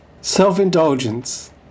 Self-indulgence